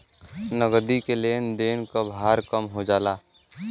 नगदी के लेन देन क भार कम हो जाला